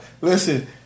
Listen